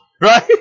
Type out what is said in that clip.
Right